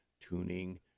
tuning